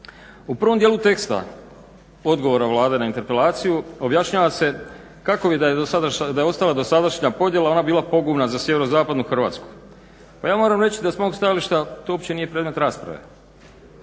U prvom dijelu teksta odgovora Vlade na interpelaciju objašnjava se kako bi da je do sada, da je ostala dosadašnja podjela ona bila pogubna za sjeverozapadnu Hrvatsku. Pa ja moram reći da s mog stajališta to uopće nije predmet rasprave.